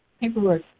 paperwork